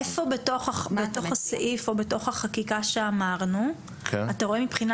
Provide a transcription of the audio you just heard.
איפה בתוך הסעיף או בתוך החקיקה שאמרנו אתה רואה מבחינה